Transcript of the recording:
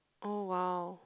oh !wow!